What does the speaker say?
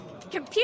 Computer